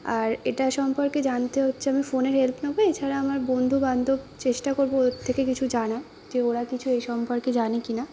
আর এটা সম্পর্কে জানতে হচ্ছে আমি ফোনের হেল্প নেব এছাড়া আমার বন্ধুবান্ধব চেষ্টা করব ওদের থেকে কিছু জানার যে ওরা কিছু এই সম্পর্কে জানে কি না